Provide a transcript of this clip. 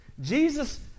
Jesus